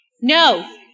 No